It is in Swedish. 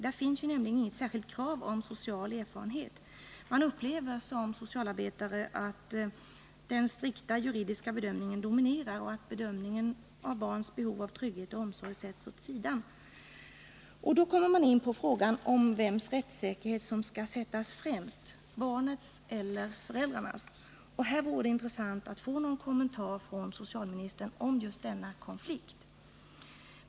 Där finns nämligen inget särskilt krav på social erfarenhet. Man upplever som socialarbetare att den strikta juridiska bedömningen dominerar och att bedömningen av barns behov av trygghet och omsorg sätts åt sidan. Då kommer man in på frågan om vems rättssäkerhet som skall sättas främst, barnets eller föräldrarnas. Här vore det intressant att få någon kommentar från socialministern om just denna konflikt.